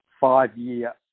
five-year